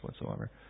whatsoever